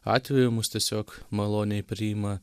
atvejų mus tiesiog maloniai priima